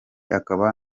akaba